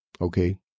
Okay